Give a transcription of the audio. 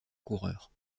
coureurs